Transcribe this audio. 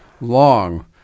long